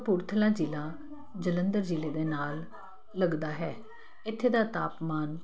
ਕਪੂਰਥਲਾ ਜ਼ਿਲ੍ਹਾ ਜਲੰਧਰ ਜ਼ਿਲ੍ਹੇ ਦੇ ਨਾਲ ਲੱਗਦਾ ਹੈ ਇੱਥੇ ਦਾ ਤਾਪਮਾਨ